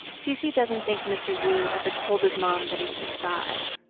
cc doesn't think mr. zhu ever told his mom that he was a spy,